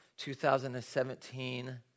2017